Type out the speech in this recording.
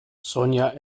sonja